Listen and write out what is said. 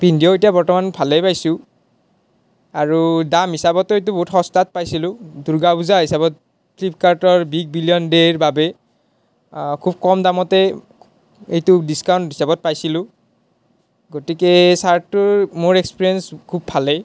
পিন্ধিয়ো এতিয়া বৰ্তমান ভালেই পাইছোঁ আৰু দাম হিচাপতো এইটো বহুত সস্তাত পাইছিলোঁ দুৰ্গা পূজা হিচাপত ফ্লিপকাৰ্টৰ বিগ বিলিয়ন ডেৰ বাবেই খুব কম দামতেই এইটো ডিচকাউণ্ট হিচাপত পাইছিলোঁ গতিকে চাৰ্টটোৰ মোৰ এক্সপেৰিয়েন্স খুব ভালেই